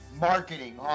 marketing